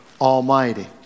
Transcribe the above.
Almighty